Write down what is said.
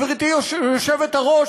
גברתי היושבת-ראש,